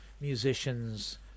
musicians